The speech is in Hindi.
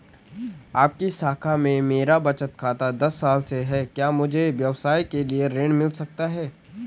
आपकी शाखा में मेरा बचत खाता दस साल से है क्या मुझे व्यवसाय के लिए ऋण मिल सकता है?